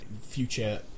future